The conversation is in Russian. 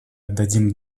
отдаем